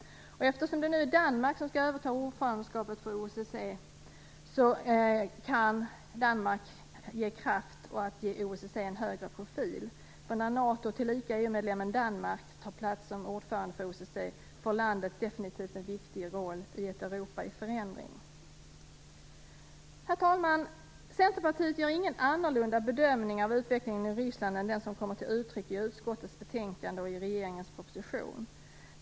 Eftersom det är Danmark som nu skall överta ordförandeskapet i OSSE kan Danmark ge kraft och en högre profil till OSSE. När NATO och tillika EU medlemmen Danmark tar plats som ordförande för OSSE får landet definitivt en viktig roll i ett Europa i förändring. Herr talman! Centerpartiet gör ingen annorlunda bedömning av utvecklingen i Ryssland än den som kommer till uttryck i utskottets betänkande och i regeringens proposition.